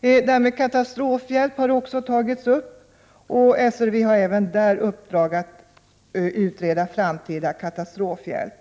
Även frågan om katastrofhjälp har tagits upp, och SRV har fått uppgiften la del, m.m. att utreda framtida katastrofhjälp.